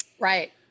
Right